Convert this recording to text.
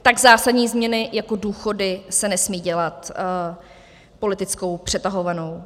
Tak zásadní změny jako důchody se nesmí dělat politickou přetahovanou.